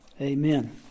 Amen